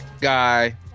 guy